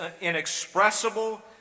inexpressible